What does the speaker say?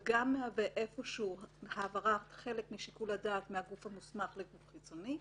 זה מהווה העברת חלק משיקול הדעת מהגוף המוסמך לגוף חיצוני,